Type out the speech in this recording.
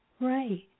right